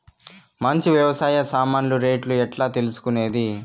మంచి వ్యవసాయ సామాన్లు రేట్లు ఎట్లా తెలుసుకునేది?